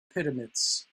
pyramids